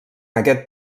aquest